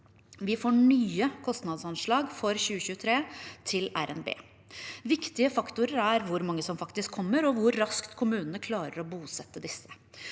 Vi får nye kostnadsanslag for 2023 til revidert nasjonalbudsjett. Viktige faktorer er hvor mange som faktisk kommer, og hvor raskt kommunene klarer å bosette disse.